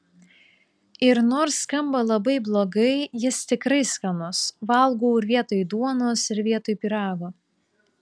ir nors skamba labai blogai jis tikrai skanus valgau ir vietoj duonos ir vietoj pyrago